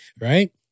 Right